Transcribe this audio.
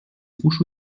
uszu